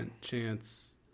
chance